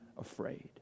afraid